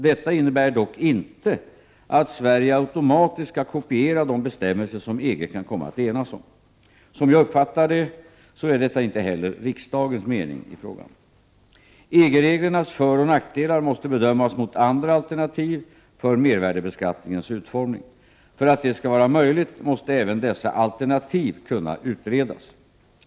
Detta innebär dock inte att Sverige automatiskt skall kopiera de bestämmelser som EG kan komma att enas om. Som jag uppfattar det så är detta inte heller riksdagens mening i frågan. EG-reglernas föroch nackdelar måste bedömas mot andra alternativ för mervärdebeskattningens utformning. För att detta skall vara möjligt måste även dessa alternativ kunna utredas.